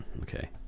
Okay